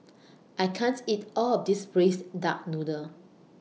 I can't eat All of This Braised Duck Noodle